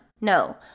No